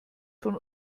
von